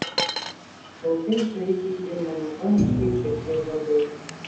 lauke šaižiai ir monotoniškai čirpė žiogai